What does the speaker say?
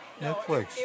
Netflix